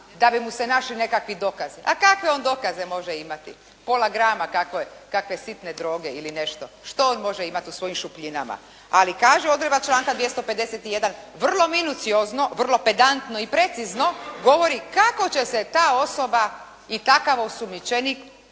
da bi mu se našli nekakvi dokazi. A kakve on dokaze može imati? Pola grama kakve sitne droge ili nešto. Što on može imati u svojim šupljinama? Ali kaže odredba članka 251. vrlo minuciozno, vrlo pedantno i precizno govori kako će se ta osoba i takav osumnjičenik,